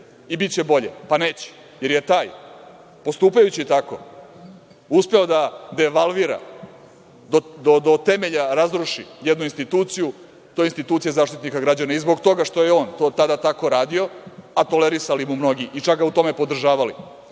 i biće bolje. Pa neće, jer je taj postupajući tako, uspeo da devalvira do temelja razruši jednu instituciju. To je institucija Zaštitnika građana. Zbog toga što je on to tada tako radio, a tolerisali mu mnogi i čak ga u tome podržavali,